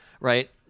right